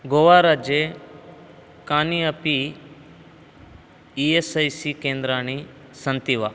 गोवा राज्ये कानि अपि ई एस् ऐ सी केन्द्राणि सन्ति वा